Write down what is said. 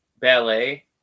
ballet